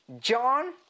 John